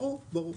ברור.